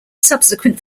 subsequent